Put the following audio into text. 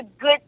good